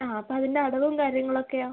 ആ അപ്പോൾ അതിൻ്റെ അടവും കാര്യങ്ങളും ഒക്കെയോ